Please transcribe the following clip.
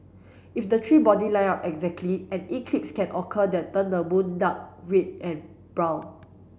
if the three body line up exactly an eclipse can occur that turn the moon dark red and brown